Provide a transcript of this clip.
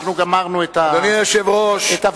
אנחנו גמרנו את הוויכוח.